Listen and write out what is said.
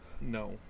No